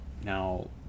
Now